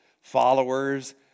followers